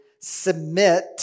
submit